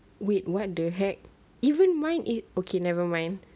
wait what the heck even mine it okay nevermind